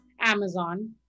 Amazon